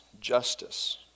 justice